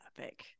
epic